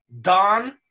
don